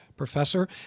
professor